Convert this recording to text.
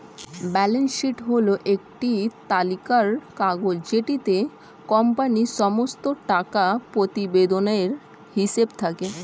balance sheet হল একটি তালিকার কাগজ যেটিতে কোম্পানির সমস্ত টাকা প্রতিবেদনের হিসেব থাকে